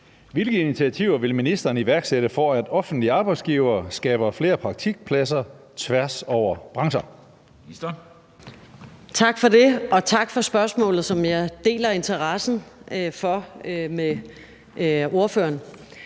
Hvilke initiativer vil ministeren iværksætte, for at offentlige arbejdsgivere skaber flere praktikpladser tværs over brancher? Skriftlig begrundelse Der henvises til artiklen